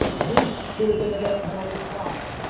this should have been a death penalty crime.